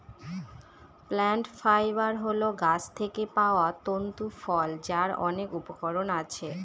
plant fibre হল গাছ থেকে পাওয়া তন্তু ফল যার অনেক উপকরণ আছে